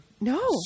No